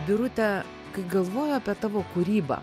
birute kai galvoju apie tavo kūrybą